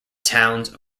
towns